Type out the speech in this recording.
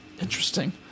interesting